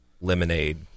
lemonade